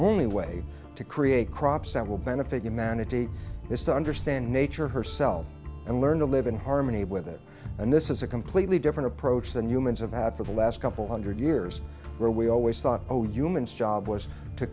only way to create crops that will benefit humanity is to understand nature herself and learn to live in harmony with it and this is a completely different approach than humans have had for the last couple hundred years where we always thought oh humans job was to